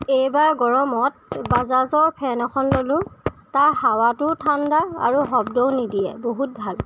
এইবাৰ গৰমত বাজাজৰ ফেন এখন ললোঁ তাৰ হাৱাটোও ঠাণ্ডা আৰু শব্দও নিদিয়ে বহুত ভাল